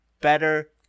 better